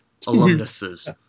alumnuses